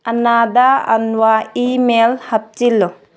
ꯑꯅꯥꯗ ꯑꯟꯋꯥ ꯏꯃꯦꯜ ꯍꯥꯞꯆꯤꯜꯂꯨ